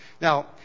Now